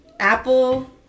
Apple